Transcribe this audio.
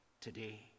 today